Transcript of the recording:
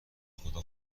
خدا